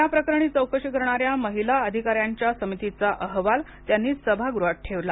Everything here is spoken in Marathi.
या प्रकरणी चौकशी करणाऱ्या महिला अधिकाऱ्यांच्या समितीचा अहवाल त्यांनी सभागृहात ठेवला